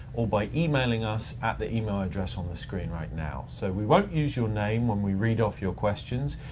or by emailing us at the email address on the screen right now. so we won't use your name when we read off your questions,